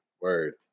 Word